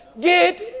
Get